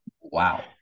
wow